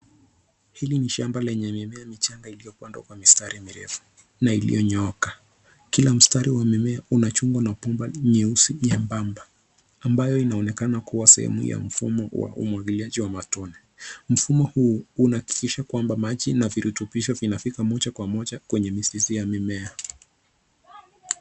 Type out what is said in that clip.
Hili ni shamba lenye mimea michanga iliyopandwa kwa mistari mirefu na iliyonyooka, kila mstari wa mimea una chungwa na bomba nyeusi nyembembe abayo inaonekana kuwa sehemu ya mfumo wa umwagiliaji wa matone. Mfumo huu unahakikisha kwamba maji na virutubisho vinafika moja kwa moja kwenye mizizi ya mimea.